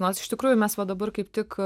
nors iš tikrųjų mes va dabar kaip tik